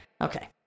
Okay